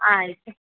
ಆಯಿತು